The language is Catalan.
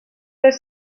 les